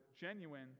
genuine